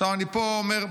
עכשיו אני פה אומר,